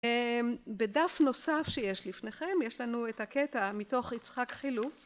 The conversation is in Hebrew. בדף נוסף שיש לפניכם יש לנו את הקטע מתוך יצחק חילוב